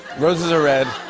roses are red.